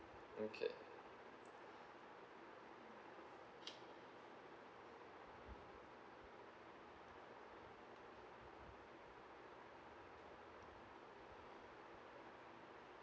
okay